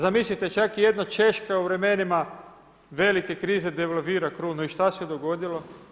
Zamislite čak i jedna Češka u vremenima velike krize devalvira krunu i šta se dogodilo?